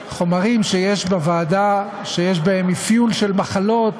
חומרים שיש בוועדה שיש בהם אפיון של מחלות,